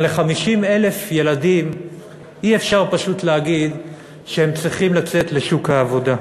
אבל ל-50,000 ילדים אי-אפשר פשוט להגיד שהם צריכים לצאת לשוק העבודה.